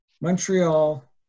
Montreal